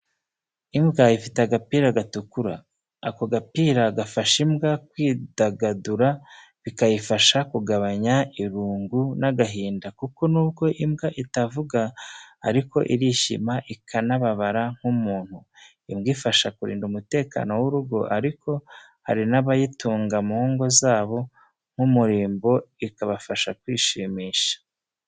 Imbwa ifite agapira gatukura. Ako gapira gafasha imbwa kwidagadura bikayifasha kugabanya irungu n'agahinda kuko n'ubwo imbwa itavuga aiko irishima ikanababara nk'umuntu. Imbwa ifasha kurinda umutekano w'urugo ariko hari n'abayitunga mu ngo zabo nk'umurimbo ikabafasha kwishimisha.